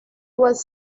was